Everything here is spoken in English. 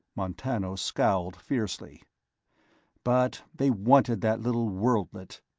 montano scowled fiercely but they wanted that little worldlet.